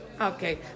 Okay